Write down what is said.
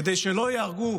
כדי שלא יהרגו